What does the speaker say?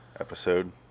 episode